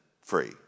free